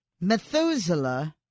Methuselah